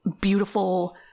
beautiful